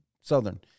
Southern